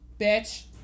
bitch